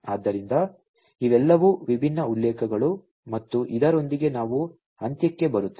ಆದ್ದರಿಂದ ಇವೆಲ್ಲವೂ ವಿಭಿನ್ನ ಉಲ್ಲೇಖಗಳು ಮತ್ತು ಇದರೊಂದಿಗೆ ನಾವು ಅಂತ್ಯಕ್ಕೆ ಬರುತ್ತೇವೆ